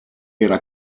era